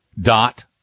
dot